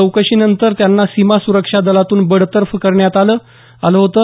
चौकशीनंतर त्यांना सीमा सुरक्षा दलातून बडतर्फ करण्यात आलं होतं